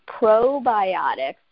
probiotics